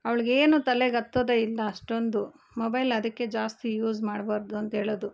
ಅವಳಿಗೇನು ತಲೆಗೆ ಹತ್ತೋದೆ ಇಲ್ಲ ಅಷ್ಟೊಂದು ಮೊಬೈಲ್ ಅದಕ್ಕೆ ಜಾಸ್ತಿ ಯೂಸ್ ಮಾಡಬಾರ್ದು ಅಂತ ಹೇಳೋದು